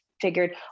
figured